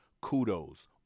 kudos